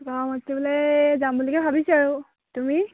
বোলে যাম বুলি কে ভাবিছো আৰু তুমি